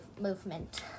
movement